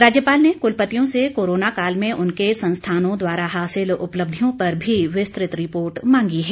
राज्यपाल ने कुलपतियों से कोरोना काल में उनके संस्थानों द्वारा हासिल उपलब्धियों पर भी विस्तृत रिपोर्ट मांगी है